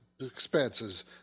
expenses